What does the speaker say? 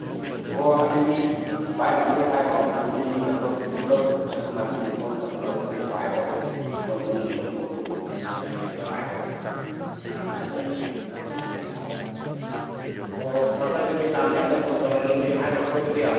ꯎꯝ ꯑꯣ ꯑꯗꯨꯗꯤ ꯕꯥꯏꯅꯁꯨ ꯍꯦꯛ ꯍꯥꯏꯈ꯭ꯔꯣ ꯍꯥꯏꯗꯤ ꯃꯣꯏꯁꯨ ꯂꯣꯏꯅꯃꯛ ꯄꯨꯂꯞ ꯁꯛꯈꯪ ꯃꯥꯏꯈꯪꯅꯕ ꯑꯣꯏꯅ ꯄꯨꯂꯞ ꯑꯗꯣ ꯍꯦꯛ ꯍꯥꯏꯔꯣ ꯑꯗꯨꯗꯤ ꯃꯣꯏ ꯃꯣꯏꯒꯤꯁꯨ ꯂꯣꯏꯅꯃꯛ ꯀꯔꯤ ꯃꯣꯏ ꯀꯩꯅꯣꯒꯩꯁꯨ ꯂꯣꯏ ꯍꯥꯏꯔꯣꯅ ꯑꯗꯨꯃꯥꯏꯅ ꯍꯦꯛ ꯑꯗꯨꯝ ꯍꯥꯏꯔꯣ ꯑꯣ ꯍꯣ ꯍꯣ ꯐꯔꯦ ꯐꯔꯦ ꯑꯗꯨꯗꯤ ꯑꯩ ꯂꯥꯛꯑꯝꯗꯥꯏꯗ ꯐꯣꯟ ꯇꯧꯔꯒꯦ ꯃꯣꯏꯁꯨ ꯍꯥꯏꯈ꯭ꯔꯣꯀꯣ ꯑꯗꯨꯗꯤ